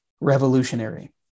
revolutionary